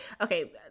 Okay